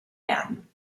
werden